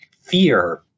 fear